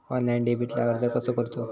Online डेबिटला अर्ज कसो करूचो?